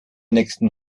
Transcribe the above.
nächsten